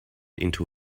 into